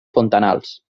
fontanals